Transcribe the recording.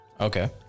Okay